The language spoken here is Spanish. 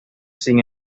sin